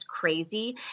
crazy